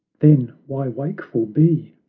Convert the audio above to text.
then why wakeful be?